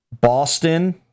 Boston